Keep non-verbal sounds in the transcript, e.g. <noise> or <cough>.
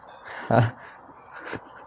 <laughs>